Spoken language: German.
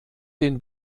den